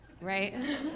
right